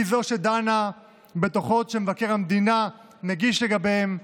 היא שדנה בדוחות שמבקר המדינה מגיש לגביהם,